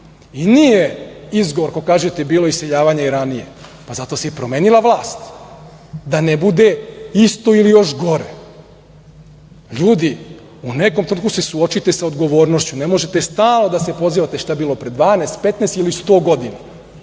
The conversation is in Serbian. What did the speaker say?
Nije izgovor ako kažete - bilo je iseljavanja i ranije. Pa, zato se i promenila vlast, da ne bude isto ili još gore. Ljudi, u nekom se trenutku suočite sa odgovornošću. Ne možete stalno da se pozivate šta je bilo pre 12, 15 ili 100 godina.